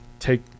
take